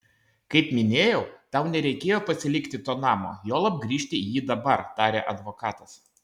kaip minėjau tau nereikėjo pasilikti to namo juolab grįžti į jį dabar tarė advokatas